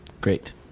Great